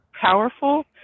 powerful